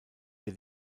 der